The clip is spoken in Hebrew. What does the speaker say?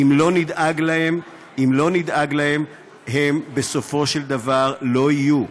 ואם לא נדאג להם, הם בסופו של דבר לא יהיו.